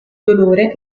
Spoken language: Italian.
dolore